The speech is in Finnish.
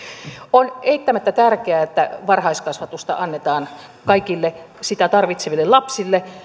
on eittämättä tärkeää että varhaiskasvatusta annetaan kaikille sitä tarvitseville lapsille